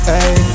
Hey